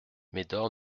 médor